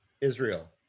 Israel